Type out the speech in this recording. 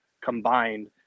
combined